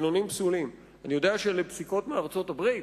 אני יודע שאלה פסיקות מארצות-הברית,